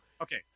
Okay